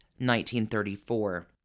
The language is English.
1934